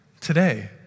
today